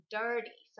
dirty